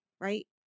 right